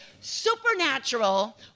supernatural